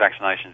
vaccinations